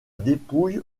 dépouille